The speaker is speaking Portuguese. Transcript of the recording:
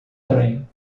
trem